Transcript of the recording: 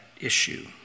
issue